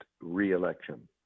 reelection